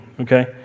okay